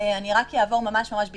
רק אעבור ממש ממש בקצרה,